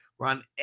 Run